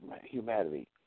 humanity